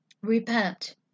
Repent